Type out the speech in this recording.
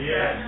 Yes